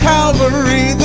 Calvary